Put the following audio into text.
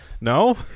No